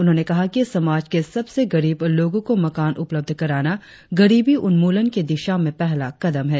उन्होंने कहा कि समाज के सबसे गरीब लोगो को मकान उपलब्ध कराना गरीबी उन्मूलन की दिशा में पहला कदम है